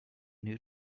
new